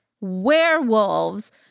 werewolves